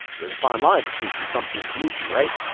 there's a fine line between consumption and pollution, right?